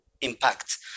impact